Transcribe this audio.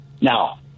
Now